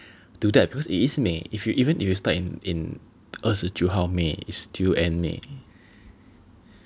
do that because it is May if you even if you start in in 二十九号 May it's still end May